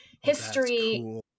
history